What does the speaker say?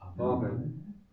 Amen